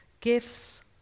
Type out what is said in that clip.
Gifts